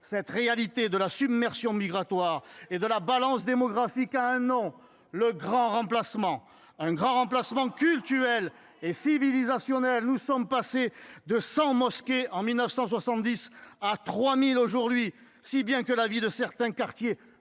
Cette réalité de la submersion migratoire et de la balance démographique a un nom : le grand remplacement ! C’est un grand remplacement cultuel et civilisationnel : nous sommes passés de cent mosquées en 1970 à trois mille aujourd’hui, si bien que la vie de certains quartiers,